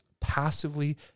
passively